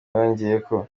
yongeyeko